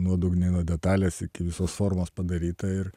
nuodugniai nuo detalės iki visos formos padaryta ir